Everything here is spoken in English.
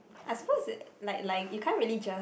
I suppose that like like you can't really just